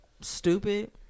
stupid